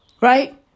Right